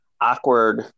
awkward